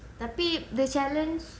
tapi the challenge